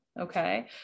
Okay